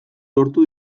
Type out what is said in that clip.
lortu